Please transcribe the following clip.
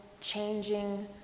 changing